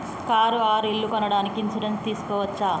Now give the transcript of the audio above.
Car or ఇల్లు కొనడానికి insurance తీస్కోవచ్చా?